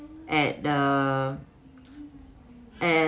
at the